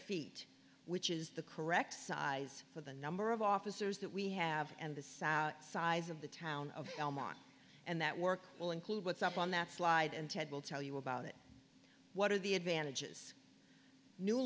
feet which is the correct size for the number of officers that we have and the size of the town of elmont and that work will include what's up on that slide and ted will tell you about it what are the advantages new